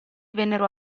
vennero